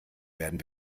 werden